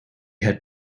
had